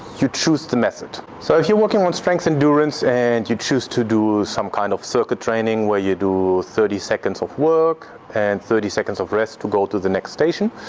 you choose the method. so if you're working on strength endurance and you choose to do some kind of circuit training where you do thirty seconds of work and thirty seconds of rest to go to the next station.